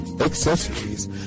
Accessories